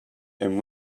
and